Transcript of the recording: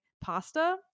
pasta